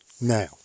now